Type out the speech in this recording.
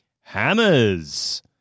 hammers